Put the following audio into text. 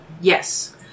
Yes